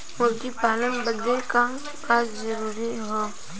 मुर्गी पालन बदे का का जरूरी ह?